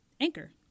Anchor